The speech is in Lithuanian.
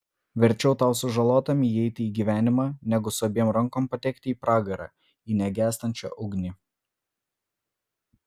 verčiau tau sužalotam įeiti į gyvenimą negu su abiem rankom patekti į pragarą į negęstančią ugnį